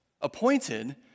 appointed